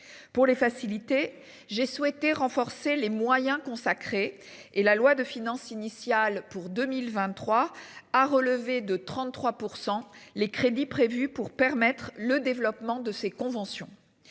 Pour les facilités. J'ai souhaité renforcer les moyens consacrés et la loi de finances initiale pour 2023, a relevé de 33% les crédits prévus pour permettre le développement de ces conventions.